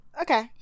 Okay